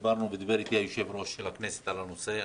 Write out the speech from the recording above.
דיבר אתי יושב-ראש הכנסת על הנושא.